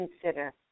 consider